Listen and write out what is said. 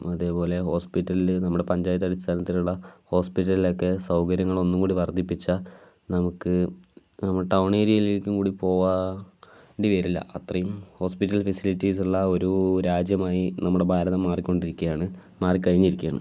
അതേപോലെ ഹോസ്പിറ്റലിൽ നമ്മുടെ പഞ്ചായത്ത് അടിസ്ഥാനത്തിലുള്ള ഹോസ്പിറ്റലിൽ ഒക്കെ സൗകര്യങ്ങൾ ഒന്നുകൂടി വർദ്ധിപ്പിച്ചാൽ നമുക്ക് ടൗൺ ഏരിയയിലേക്കും കൂടി പോവാ ണ്ടി വരില്ല അത്രയും ഹോസ്പിറ്റൽ ഫെസിലിറ്റീസുള്ള ഒരു രാജ്യമായി നമ്മുടെ ഭാരതം മാറിക്കൊണ്ടിരിക്കുകയാണ് മാറി കഴിഞ്ഞിരിക്കുകയാണ്